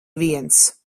viens